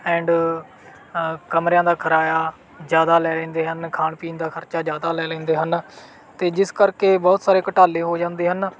and ਕਮਰਿਆਂ ਦਾ ਕਿਰਾਇਆ ਜ਼ਿਆਦਾ ਲੈ ਲੈਂਦੇ ਹਨ ਖਾਣ ਪੀਣ ਦਾ ਖ਼ਰਚਾ ਜਿਆਦਾ ਲੈ ਲੈਂਦੇ ਹਨ ਅਤੇ ਜਿਸ ਕਰਕੇ ਬਹੁਤ ਸਾਰੇ ਘੋਟਾਲੇ ਹੋ ਜਾਂਦੇ ਹਨ